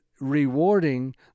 rewarding